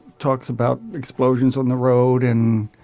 talks about explosions on the road and.